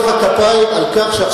אני רק יכול למחוא לך כפיים על כך שעכשיו